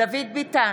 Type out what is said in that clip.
דוד ביטן,